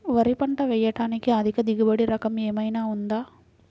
వరి పంట వేయటానికి అధిక దిగుబడి రకం ఏమయినా ఉందా?